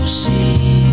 see